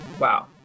Wow